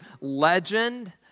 legend